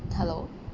hello